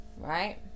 right